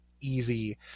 easy